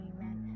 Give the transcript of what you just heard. Amen